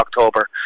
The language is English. October